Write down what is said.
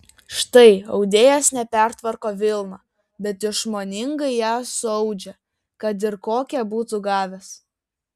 štai audėjas ne pertvarko vilną bet išmoningai ją suaudžia kad ir kokią būtų gavęs